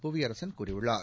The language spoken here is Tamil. புவியரசன் கூறியுள்ளார்